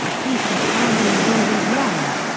peace and harmony rule these realms,